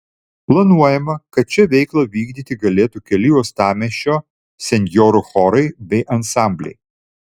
planuojama kad čia veiklą vykdyti galėtų keli uostamiesčio senjorų chorai bei ansambliai